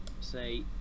say